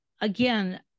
again